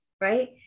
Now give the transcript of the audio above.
right